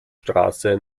straße